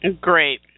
Great